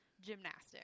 gymnastics